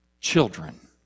children